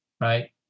right